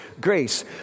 Grace